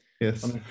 Yes